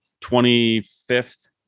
25th